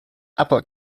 apple